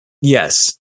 Yes